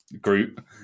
group